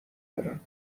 برم